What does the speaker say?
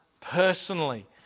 personally